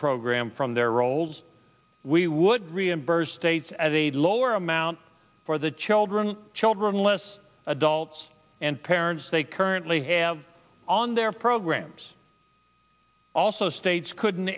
program from their roles we would reimburse states as a lower amount for the children children less adults and parents they currently have on their programs also states couldn't